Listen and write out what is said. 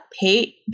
pay